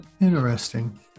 interesting